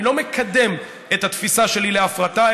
אני לא מקדם את התפיסה שלי להפרטה,